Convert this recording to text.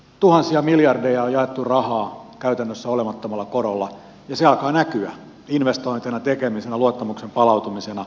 tuhansia miljardeja on jaettu rahaa käytännössä olemattomalla korolla ja se alkaa näkyä investointeina tekemisenä luottamuksen palautumisena